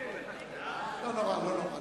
פיתוח התחבורה, לא נתקבלה.